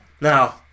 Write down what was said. Now